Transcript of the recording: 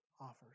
offers